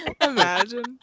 Imagine